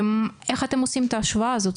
איך אתם עושים את ההשוואה הזאת?